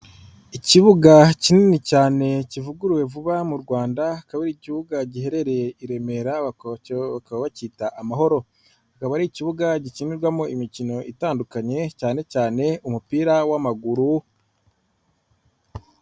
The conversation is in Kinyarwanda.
Ikibuga kinini cyane kivuguruwe vuba mu Rwanda, akaba ari ikibuga giherereye i Remera, bacyita amahoro. Akaba ari ikibuga gikinirwamo imikino itandukanye cyane cyane umupira w'amaguru